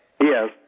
Yes